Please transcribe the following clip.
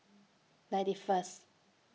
ninety First